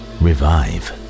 revive